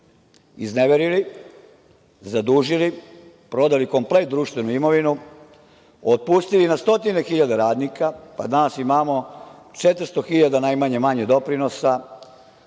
izneverili, zadužili, prodali komplet društvenu imovinu, otpustili na stotine hiljada radnika pa danas imamo 400 hiljada najmanje doprinosa